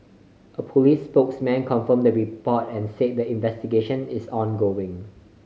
a police spokesman confirmed the report and said the investigation is ongoing